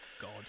God